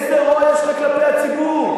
איזה רוע יש לכם כלפי הציבור?